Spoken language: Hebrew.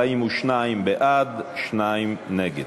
42 בעד, שניים נגד.